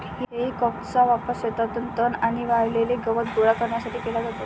हेई फॉकचा वापर शेतातून तण आणि वाळलेले गवत गोळा करण्यासाठी केला जातो